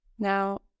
Now